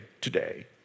today